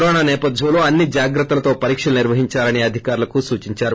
corona సేపథ్యంలో అన్ని జాగ్రత్తలతో పరీక్షలు నిర్వహించాలని అధికారులకు స్తున్నారు